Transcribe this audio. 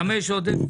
למה יש עודף?